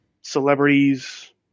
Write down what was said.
celebrities